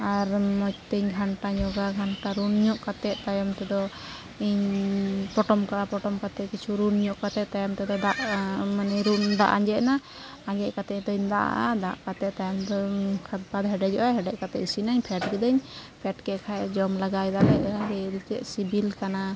ᱟᱨ ᱢᱚᱡᱽᱛᱮᱧ ᱜᱷᱟᱱᱴᱟᱧᱚᱜᱼᱟ ᱜᱷᱟᱱᱴᱟ ᱨᱩᱱᱧᱚᱜ ᱠᱟᱛᱮᱫ ᱛᱟᱭᱚᱢᱛᱮᱫᱚ ᱤᱧ ᱯᱚᱴᱚᱢᱠᱟᱜᱼᱟ ᱯᱚᱴᱚᱢ ᱠᱟᱛᱮᱫ ᱠᱤᱪᱷᱩ ᱨᱩᱱᱧᱚᱜ ᱠᱟᱛᱮᱫ ᱛᱟᱭᱚᱢᱛᱮᱫᱚ ᱫᱟᱜ ᱢᱟᱱᱮ ᱫᱟᱜ ᱟᱸᱡᱮᱫᱮᱱᱟ ᱟᱸᱡᱮᱫ ᱠᱟᱛᱮᱫᱚᱧ ᱫᱟᱜᱟᱜᱼᱟ ᱫᱟᱜ ᱠᱟᱛᱮᱫ ᱛᱟᱭᱚᱢᱛᱮᱫᱚ ᱠᱷᱟᱫᱽᱼᱵᱟᱫᱽ ᱦᱮᱰᱮᱡᱚᱜᱼᱟ ᱦᱮᱰᱮᱡ ᱠᱟᱛᱮᱫ ᱤᱥᱤᱱᱟᱹᱧ ᱯᱷᱮᱰ ᱠᱟᱹᱫᱟᱹᱧ ᱯᱷᱮᱰᱠᱮᱫ ᱠᱷᱟᱡ ᱡᱚᱢ ᱞᱟᱜᱟᱭᱫᱟᱞᱮ ᱟᱹᱰᱤᱛᱮᱫ ᱥᱤᱵᱤᱞ ᱠᱟᱱᱟ